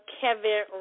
Kevin